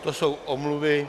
To jsou omluvy.